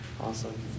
Awesome